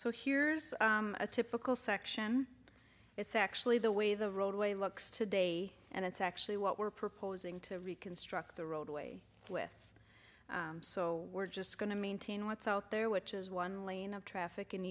here's a typical section it's actually the way the roadway looks today and it's actually what we're proposing to reconstruct the roadway with so we're just going to maintain what's out there which is one lane of traffic